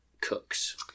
Cooks